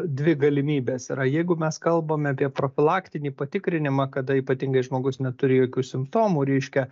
dvi galimybės yra jeigu mes kalbame apie profilaktinį patikrinimą kada ypatingai žmogus neturi jokių simptomų reiškia